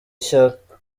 ishaka